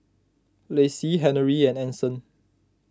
Laci Henery and Anson